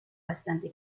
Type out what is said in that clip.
bastante